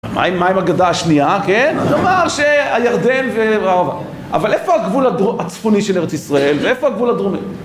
מה עם, מה עם הגדה השנייה, כן? כלומר שהירדן והערבה. אבל איפה הגבול הצפוני של ארץ ישראל ואיפה הגבול הדרומי?